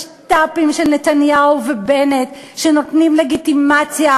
משת"פים של נתניהו ובנט שנותנים לגיטימציה